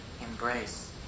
Embrace